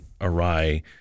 awry